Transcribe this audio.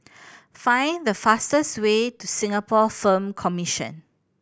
find the fastest way to Singapore Film Commission